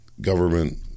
Government